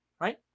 Right